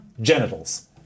genitals